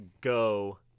go